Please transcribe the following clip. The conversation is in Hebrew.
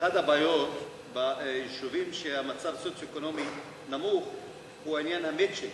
שאחת הבעיות ביישובים שהמצב הסוציו-אקונומי נמוך הוא עניין ה"מצ'ינג",